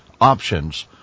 options